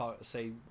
say